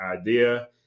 idea